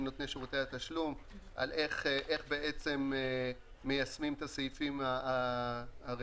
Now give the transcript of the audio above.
עם נותני שירותי התשלום על איך מיישמים את הסעיפים הרלוונטיים.